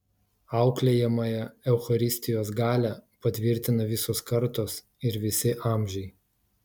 auklėjamąją eucharistijos galią patvirtina visos kartos ir visi amžiai